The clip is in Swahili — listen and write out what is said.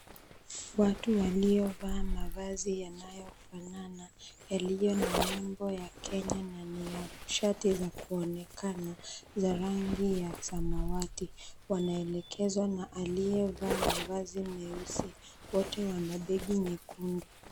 Watu waliovaa mavazi yanayofanana, yaliyo na nembo ya Kenya na ni ya shati za kuonekana za rangi ya samawati, wanaelekezwa na aliyevaa mavazi meusi. Wote wana begi nyekundu.